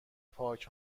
پارک